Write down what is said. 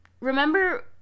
Remember